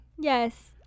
Yes